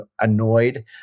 annoyed